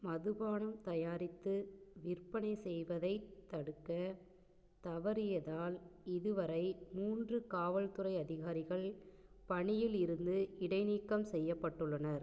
மதுபானம் தயாரித்து விற்பனை செய்வதைத் தடுக்கத் தவறியதால் இதுவரை மூன்று காவல்துறை அதிகாரிகள் பணியில் இருந்து இடைநீக்கம் செய்யப்பட்டுள்ளனர்